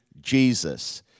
Jesus